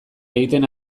egiten